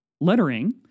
lettering